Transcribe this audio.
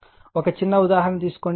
కాబట్టి ఒక చిన్న ఉదాహరణను తీసుకోండి